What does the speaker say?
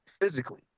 physically